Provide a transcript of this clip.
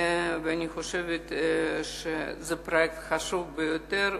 ואני חושבת שזה פרויקט חשוב ביותר.